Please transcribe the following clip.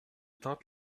teintes